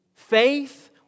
Faith